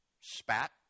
spat